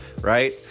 right